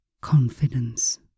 confidence